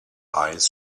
eyes